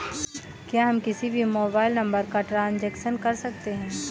क्या हम किसी भी मोबाइल नंबर का ट्रांजेक्शन कर सकते हैं?